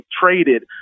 traded